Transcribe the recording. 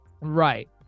Right